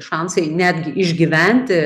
šansai netgi išgyventi